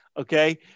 okay